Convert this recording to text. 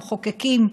המחוקקים,